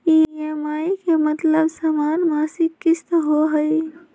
EMI के मतलब समान मासिक किस्त होहई?